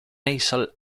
nasal